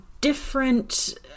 different